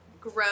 grow